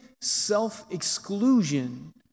self-exclusion